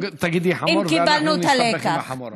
רק שלא תגידי חמור ואנחנו נסתבך עם החמור עכשיו.